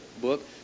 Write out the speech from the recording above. book